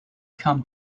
come